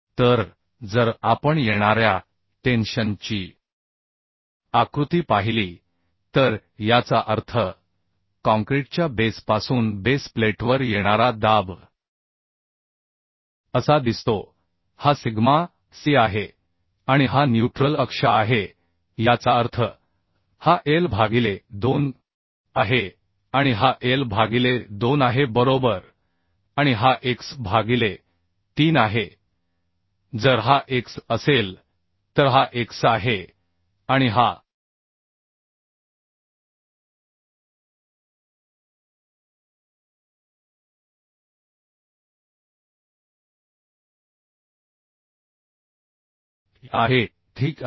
तर जर आपण येणाऱ्या टेन्शन ची आकृती पाहिली तर याचा अर्थ काँक्रीटच्या बेस पासून बेस प्लेटवर येणारा दाब असा दिसतो हा सिग्मा c आहे आणि हा न्यूट्रल अक्ष आहे याचा अर्थ हा l भागिले 2 आहे आणि हा l भागिले 2 आहे बरोबर आणि हा x भागिले 3 आहे जर हा x असेल तर हा x आहे आणि हा e आहे ठीक आहे